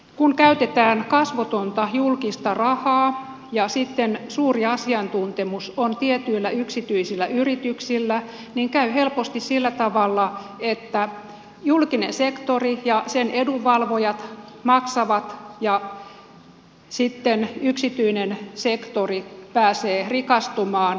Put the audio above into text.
kun käytetään kasvotonta julkista rahaa ja sitten suuri asiantuntemus on tietyillä yksityisillä yrityksillä käy helposti sillä tavalla että julkinen sektori ja sen edunvalvojat maksavat ja yksityinen sektori pääsee rikastumaan